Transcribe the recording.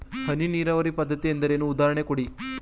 ಹನಿ ನೀರಾವರಿ ಪದ್ಧತಿ ಎಂದರೇನು, ಉದಾಹರಣೆ ಕೊಡಿ?